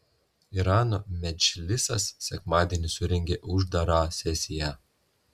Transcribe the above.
irano medžlisas sekmadienį surengė uždarą sesiją